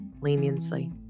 leniency